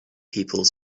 people